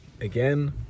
again